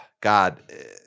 God